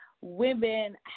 women